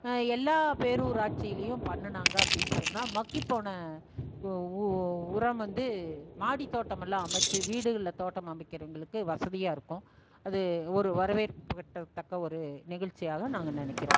எல்லா பேரூராட்சியிலேயும் பண்ணினாங்க அப்படின்னு சொன்னால் மக்கிப்போன உரம் வந்து மாடி தோட்டம் எல்லாம் அமைச்சி வீடுகளில் தோட்டம் அமைக்கிறவங்களுக்கு வசதியாயிருக்கும் அது ஒரு வரவேற்கத்தக்க ஒரு நிகழ்ச்சியாக நாங்கள் நினக்கிறோம்